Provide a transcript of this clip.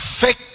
fake